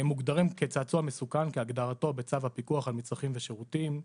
הם מוגדרים כצעצוע מסוכן כהגדרתו בצו הפיקוח על מצרכים ושירותים,